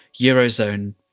Eurozone